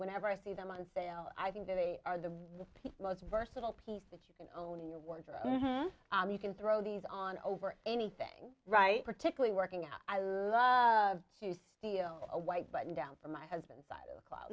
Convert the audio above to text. whenever i see them on sale i think that they are the most versatile piece that you can own in your wardrobe you can throw these on over anything right particularly working out i love to feel a white button down from my husband's side of the club